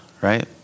right